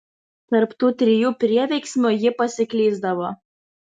tarp tų trijų prieveiksmių ji pasiklysdavo